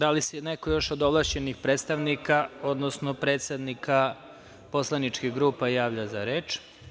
Da li se neko još od ovlašćenih predstavnika, odnosno predsednika poslaničkih grupa javlja za reč?